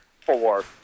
four